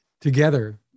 together